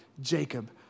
Jacob